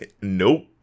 Nope